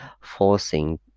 forcing